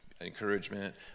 encouragement